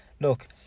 Look